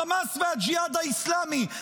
חמאס וג'יהאד אסלאמי.